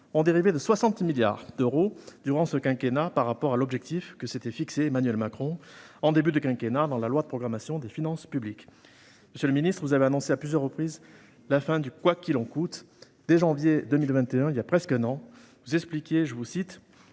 ont dérivé de 60 milliards d'euros durant ce quinquennat par rapport à l'objectif que s'était fixé Emmanuel Macron au début de son mandat, dans la loi de programmation des finances publiques. Monsieur le ministre, vous avez annoncé à plusieurs reprises la fin du « quoi qu'il en coûte ». Dès janvier 2021, il y a presque un an, vous expliquiez :« Le